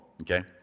okay